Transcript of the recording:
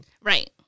Right